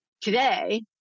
today